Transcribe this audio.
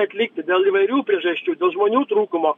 atlikti dėl įvairių priežasčių dėl žmonių trūkumo